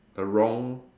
a wrong